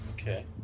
Okay